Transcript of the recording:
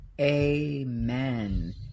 Amen